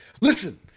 listen